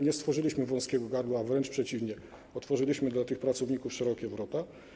Nie stworzyliśmy tam wąskiego gardła, a wręcz przeciwnie - otworzyliśmy dla tych pracowników szerokie wrota.